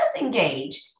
engage